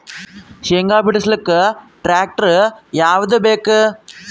ಶೇಂಗಾ ಬಿಡಸಲಕ್ಕ ಟ್ಟ್ರ್ಯಾಕ್ಟರ್ ಯಾವದ ಬೇಕು?